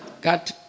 got